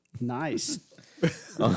Nice